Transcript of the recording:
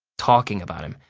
talking about him.